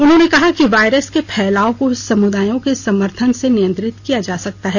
उन्होंने कहा कि वायरस के फैलाव को समुदायों के समर्थन से नियंत्रित किया जा सकता है